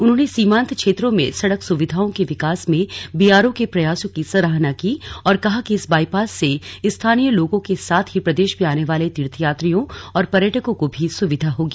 उन्होंने सीमान्त क्षेत्रों में सड़क सुविधाओं के विकास में बीआरओ के प्रयासों की सराहना की और कहा कि इस बाईपास से स्थानीय लोगों के साथ ही प्रदेश में आने वाले तीर्थयात्रियों और पर्यटकों को भी सुविधा होगी